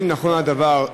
1. האם נכון הדבר?